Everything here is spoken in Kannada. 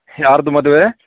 ಯಾರದು ಮದುವೆ